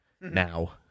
now